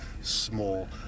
small